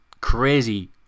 crazy